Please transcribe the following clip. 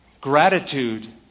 gratitude